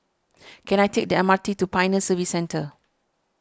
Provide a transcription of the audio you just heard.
can I take the M R T to Pioneer Service Centre